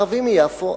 ערבי מיפו,